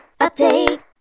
update